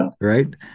Right